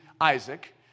Isaac